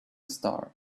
star